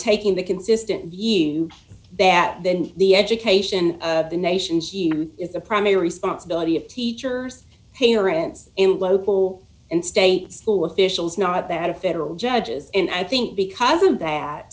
taking the consistent view that then the education of the nation's youth is the primary responsibility of teachers parents in local and state school officials not that of federal judges and i think because of